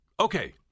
Okay